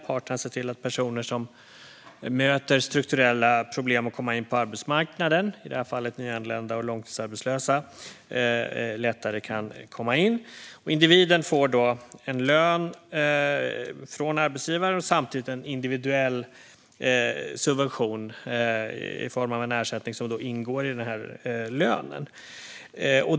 Parterna ser till att personer som möter strukturella problem att komma in på arbetsmarknaden, i det här fallet nyanlända och långtidsarbetslösa, lättare kan komma in. Individen får en lön från arbetsgivaren och samtidigt en individuell subvention i form av en ersättning som ingår i lönen.